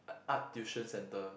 art tuition centre